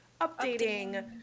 updating